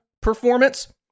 performance